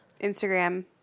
Instagram